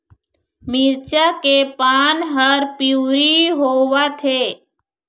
मिरचा के पान हर पिवरी होवथे?